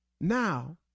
Now